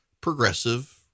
progressive